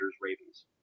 Ravens